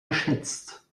geschätzt